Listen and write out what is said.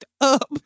up